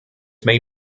may